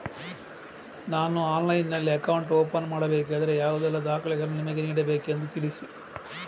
ನಾನು ಆನ್ಲೈನ್ನಲ್ಲಿ account open ಮಾಡಬೇಕಾದರೆ ಯಾವ ಎಲ್ಲ ದಾಖಲೆಗಳನ್ನು ನಿಮಗೆ ನೀಡಬೇಕೆಂದು ತಿಳಿಸಿ?